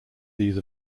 these